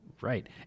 Right